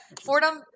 Fordham